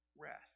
rest